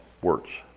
words